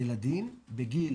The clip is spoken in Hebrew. ילדים בגיל